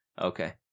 Okay